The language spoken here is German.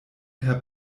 herr